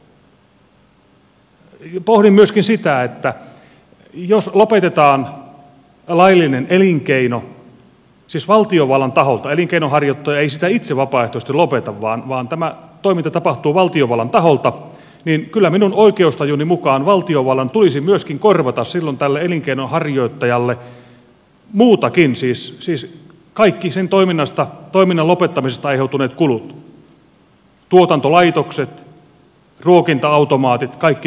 pohdin myöskin sitä että jos lopetetaan laillinen elinkeino siis valtiovallan taholta elinkeinonharjoittaja ei sitä itse vapaaehtoisesti lopeta vaan tämä toiminta tapahtuu valtiovallan taholta niin kyllä minun oikeustajuni mukaan valtiovallan tulisi myöskin korvata silloin tälle elinkeinonharjoittajalle muutakin siis kaikki sen toiminnan lopettamisesta aiheutuneet kulut tuotantolaitokset ruokinta automaatit kaikki muut